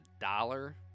dollar